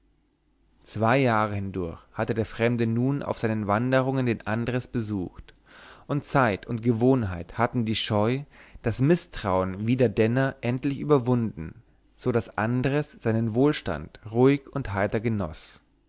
zwei jahre hindurch hatte der fremde nun auf seinen wanderungen den andres besucht und zeit und gewohnheit hatten die scheu das mißtrauen wider denner endlich überwunden so daß andres seinen wohlstand ruhig und heiter genoß